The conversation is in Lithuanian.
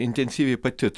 intensyviai pati